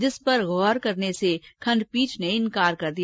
जिस पर गौर करने से खंडपीठ ने इनकार कर दिया